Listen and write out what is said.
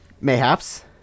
Mayhaps